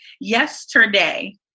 Yesterday